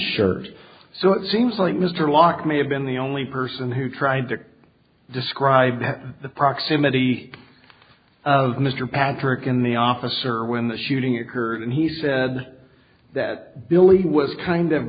shirt so it seems like mr locke may have been the only person who tried to describe the proximity of mr patrick in the officer when the shooting occurred and he said that billy was kind of